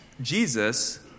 Jesus